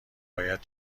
باید